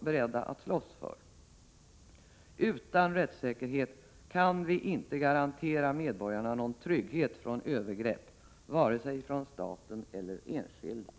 beredda att slåss för. Utan rättssäkerhet kan vi inte garantera medborgarna någon trygghet mot övergrepp från vare sig staten eller enskilda.